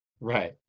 Right